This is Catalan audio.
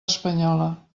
espanyola